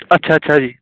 ਅੱਛਾ ਅੱਛਾ ਜੀ